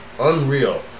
unreal